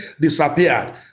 disappeared